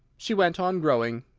she went on growing,